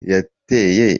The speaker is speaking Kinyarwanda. yateye